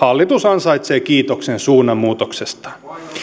hallitus ansaitsee kiitoksen suunnanmuutoksestaan